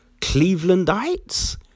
Clevelandites